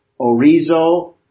orizo